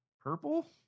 purple